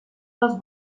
els